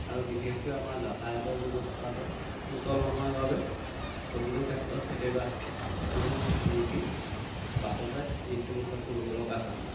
আৰু বিশেষকৈ আমাৰ যাতায়তৰ ব্যৱস্থাটো সুচল নহয় বাবে প্ৰতিটো ক্ষেত্ৰত কেতিয়াবা কোনো ৰোগী বাটতে মৃত্যুমুখত পৰিব লগা হৈছে